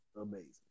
amazing